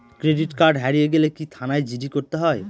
Credit card হারিয়ে গেলে কি থানায় জি.ডি করতে হয়?